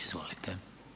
Izvolite.